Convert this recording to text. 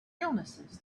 illnesses